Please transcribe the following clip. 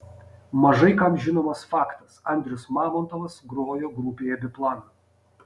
mažai kam žinomas faktas andrius mamontovas grojo grupėje biplan